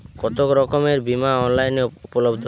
কতোরকমের বিমা অনলাইনে উপলব্ধ?